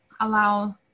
allow